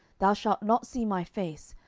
thou shalt not see my face,